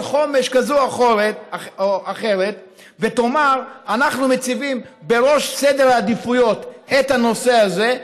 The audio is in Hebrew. חומש כזו או אחרת ותאמר: אנחנו מציבים בראש סדר העדיפויות את הנושא הזה,